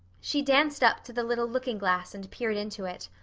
she danced up to the little looking-glass and peered into it.